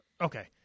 okay